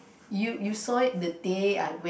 you you saw it the day I went